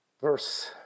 Verse